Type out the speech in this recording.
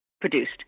produced